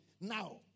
Now